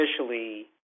officially